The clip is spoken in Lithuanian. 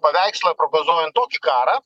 paveikslą prognozuojant tokį karą